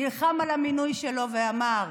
נלחם על המינוי שלו ואמר: